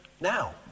now